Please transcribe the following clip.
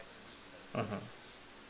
mmhmm